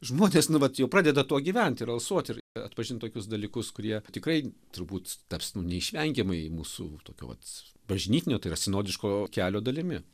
žmonės nu vat jau pradeda tuo gyventi ir alsuoti ir atpažinti tokius dalykus kurie tikrai turbūt taps nu neišvengiamai mūsų tokio vat bažnytinio tai yra sinodiško kelio dalimi